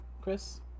Chris